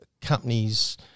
companies